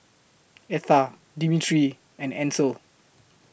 Etha Dimitri and Ancel